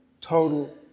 total